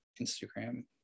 instagram